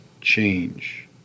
change